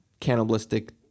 cannibalistic